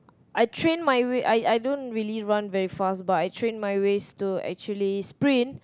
I train my waist I I don't really run very fast but I train my waist to actually sprint